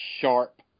sharp